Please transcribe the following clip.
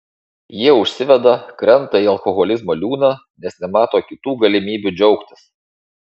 jie užsiveda krenta į alkoholizmo liūną nes nemato kitų galimybių džiaugtis